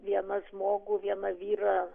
vieną žmogų vieną vyrą